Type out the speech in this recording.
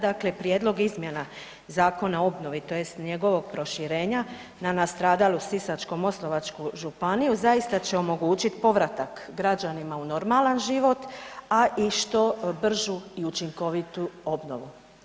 Dakle, prijedlog izmjena Zakona o obnovi, tj. njegovog proširenja na nastradalu Sisačko-moslavačku županiju zaista će omogućiti povratak građanima u normalan život, a i što bržu i učinkovitu obnovu.